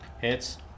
hits